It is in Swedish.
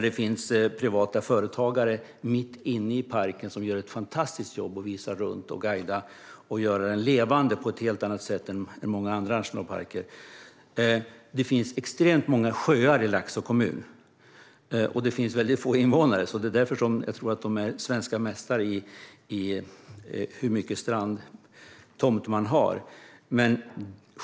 Det finns privata företagare mitt inne i parken som gör ett fantastiskt jobb med att visa runt, guida och göra den levande på ett helt annat sätt än många andra nationalparker. Det finns extremt många sjöar i Laxå kommun, och det finns väldigt få invånare. Jag tror att de är svenska mästare i att ha strandtomt.